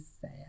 sad